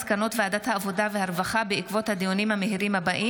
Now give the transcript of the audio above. מסקנות ועדת העבודה והרווחה בעקבות דיונים מהירים בנושאים אלה: